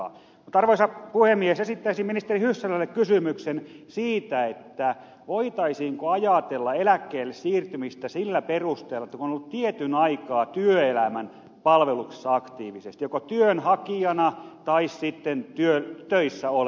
mutta arvoisa puhemies esittäisin ministeri hyssälälle kysymyksen voitaisiinko ajatella eläkkeelle siirtymistä sillä perusteella että on ollut tietyn aikaa työelämän palveluksessa aktiivisesti joko työnhakijana tai sitten töissä olevana